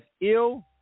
ill